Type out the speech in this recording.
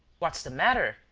what's the matter?